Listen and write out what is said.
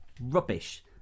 rubbish